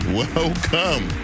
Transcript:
welcome